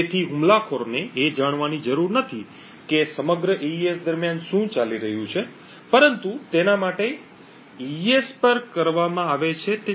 તેથી હુમલાખોરને એ જાણવાની જરૂર નથી કે સમગ્ર એઇએસ દરમિયાન શું ચાલી રહ્યું છે પરંતુ તેના માટે એઇએસ પર કરવામાં આવે છે તે છેલ્લું ઓપરેશન છે